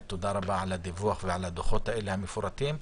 תודה רבה על הדיווח ועל הדוחות המפורטים האלה.